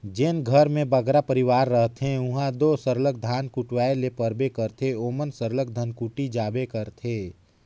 जेन घर में बगरा परिवार रहथें उहां दो सरलग धान कुटवाए ले परबे करथे ओमन सरलग धनकुट्टी जाबे करथे